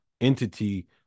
entity